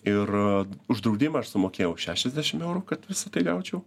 ir už draudimą aš sumokėjau šešiadešim eurų kad visa tai gaučiau